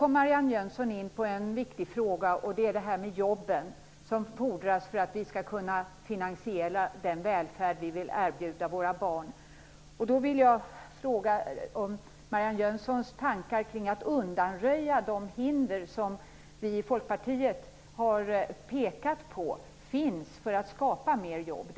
Marianne Jönsson kom in på en viktig fråga, nämligen jobben. Det fordras jobb för att vi skall kunna finansiera den välfärd vi vill erbjuda våra barn. Jag undrar vad Marianne Jönsson har för tankar kring att undanröja de hinder för att skapa fler jobb som vi i Folkpartiet har pekat på.